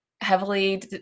heavily